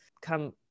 come